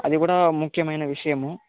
అది కూడా ముఖ్యమైన విషయము